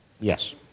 Yes